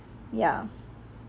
ya